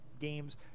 games